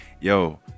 Yo